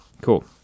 Cool